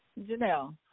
Janelle